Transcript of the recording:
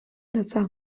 datza